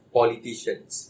politicians